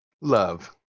Love